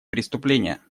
преступления